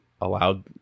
allowed